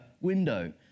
window